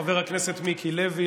חבר הכנסת מיקי לוי,